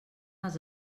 els